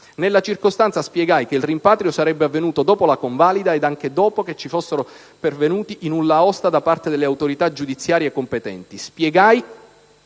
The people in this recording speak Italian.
Nella circostanza spiegai che il rimpatrio sarebbe avvenuto dopo la convalida e anche dopo che ci fossero pervenuti i nulla osta da parte delle autorità giudiziarie competenti.